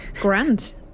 Grand